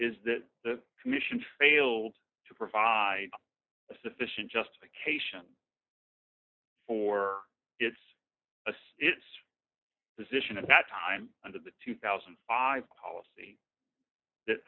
is that the commission failed to provide sufficient justification for its asst its position at that time under the two thousand and five policy that